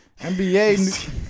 NBA